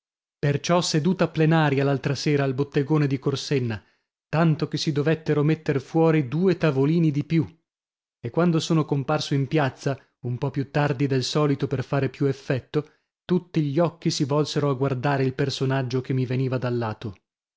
perciò seduta plenaria l'altra sera al bottegone di corsenna tanto che si dovettero metter fuori due tavolini di più e quando sono comparso in piazza un po più tardi del solito per fare più effetto tutti gli occhi si volsero a guardare il personaggio che mi veniva da lato